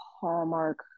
Hallmark